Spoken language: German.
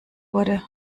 wurde